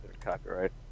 copyright